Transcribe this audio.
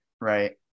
right